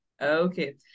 Okay